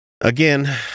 Again